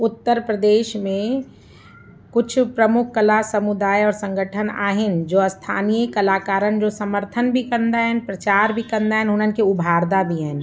उत्तर प्रदेश में कुछ प्रमुख कला समुदाय और संगठन आहिनि जो स्थानीअ कलाकारनि जो समर्थन बि कंदा आहिनि प्रचार बि कंदा आहिनि उन्हनि खे उभारंदा बि आहिनि